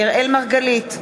אראל מרגלית,